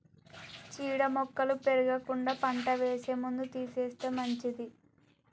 చీడ మొక్కలు పెరగకుండా పంట వేసే ముందు తీసేస్తే మంచిది